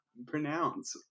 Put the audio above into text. Pronounce